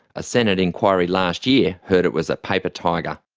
a senate inquiry last year heard it was a paper tiger.